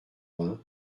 vingt